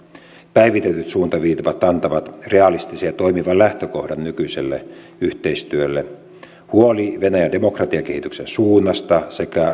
päivitetyt suuntaviivat antavat realistisen ja toimivan lähtökohdan nykyiselle yhteistyölle huoli venäjän demokratiakehityksen suunnasta sekä